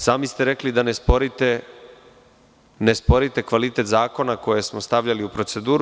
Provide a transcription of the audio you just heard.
Sami ste rekli da ne sporite kvalitet zakona koje smo stavljali u proceduru.